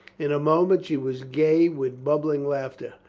in a moment she was gay with bubbling laughter.